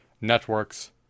networks